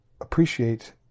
appreciate